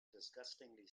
disgustingly